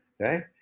okay